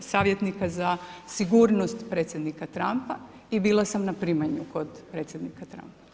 savjetnika za sigurnost Predsjednika Trumpa i bila sam na primanju kod Predsjednika Trumpa.